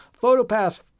Photopass